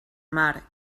mar